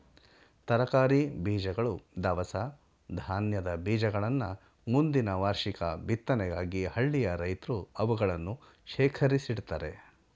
ತರಕಾರಿ ಬೀಜಗಳು, ದವಸ ಧಾನ್ಯದ ಬೀಜಗಳನ್ನ ಮುಂದಿನ ವಾರ್ಷಿಕ ಬಿತ್ತನೆಗಾಗಿ ಹಳ್ಳಿಯ ರೈತ್ರು ಅವುಗಳನ್ನು ಶೇಖರಿಸಿಡ್ತರೆ